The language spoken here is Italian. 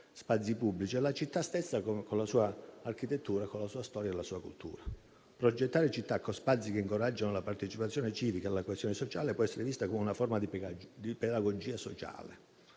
spazi pubblici, la città stessa con la sua architettura, con la sua storia, la sua cultura. Progettare città con spazi che incoraggiano la partecipazione civica e la coesione sociale può essere visto come una forma di pedagogia sociale,